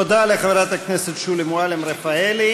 תודה לחברת הכנסת שולי מועלם-רפאלי.